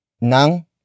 Nang